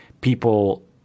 people